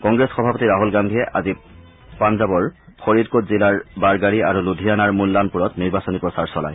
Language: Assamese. কংগ্ৰেছ সভাপতি ৰাহল গান্ধীয়ে আজি পাঞ্জাবৰ ফৰিদ কোদ জিলাৰ বাৰগাৰী আৰু লুধিয়ানাৰ মুল্লানপুৰত নিৰ্বাচনী প্ৰচাৰ চলায়